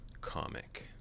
comic